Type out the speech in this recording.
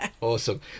awesome